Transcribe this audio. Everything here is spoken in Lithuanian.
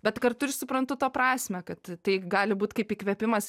bet kartu ir suprantu to prasmę kad tai gali būt kaip įkvėpimas